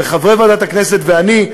חברי ועדת הכנסת ואני,